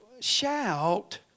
shout